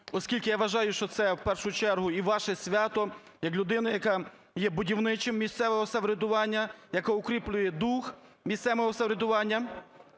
оскільки, я вважаю, що це, в першу чергу, і ваше свято, як людини, яка є будівничим місцевого самоврядування, яка укріплює дух місцевим самоврядуванням.